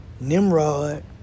Nimrod